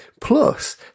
plus